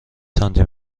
سانتی